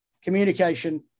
Communication